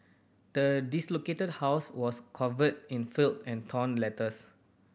the house was covered in filth and torn letters